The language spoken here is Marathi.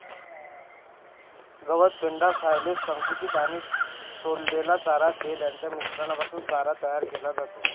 गवत, पेंढा, सायलेज, संकुचित आणि सोललेला चारा, तेल यांच्या मिश्रणापासून चारा तयार केला जातो